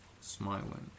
smiling